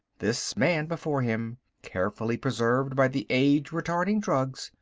this man before him, carefully preserved by the age-retarding drugs,